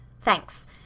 thanks